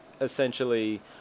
essentially